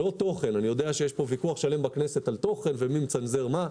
לא תוכן אני יודע שיש פה ויכוח שלם בכנסת על תוכן ומי מצנזר מה.